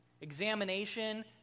examination